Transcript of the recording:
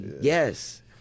Yes